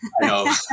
No